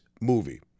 movie